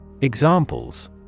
Examples